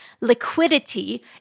liquidity